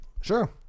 Sure